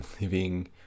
living